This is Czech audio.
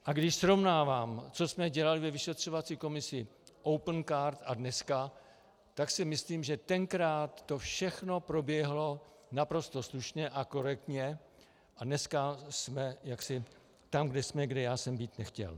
A když srovnávám, co jsme dělali ve vyšetřovací komisi Opencard a dneska, tak si myslím, že tenkrát to všechno proběhlo naprosto slušně a korektně a dneska jsme jaksi tam, kde jsem být nechtěl.